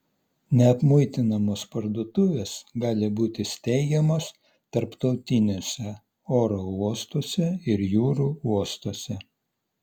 neapmuitinamos parduotuvės gali būti steigiamos tarptautiniuose oro uostuose ir jūrų uostuose